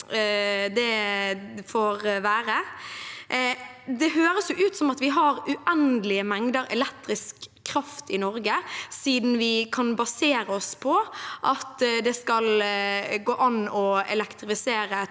Det høres ut som om vi har uendelige mengder elektrisk kraft i Norge siden vi kan basere oss på at det skal gå an å elektrifisere